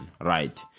right